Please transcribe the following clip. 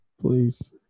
please